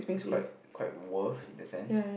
is quite quite worth in a sense